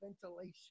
ventilation